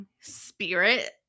spirit